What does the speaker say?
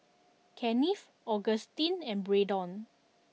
Kennith Augustine and Braydon